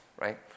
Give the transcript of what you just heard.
right